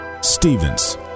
Stevens